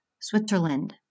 Switzerland